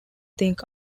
think